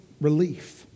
relief